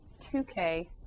2K